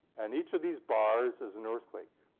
and each of these bars is an earthquake.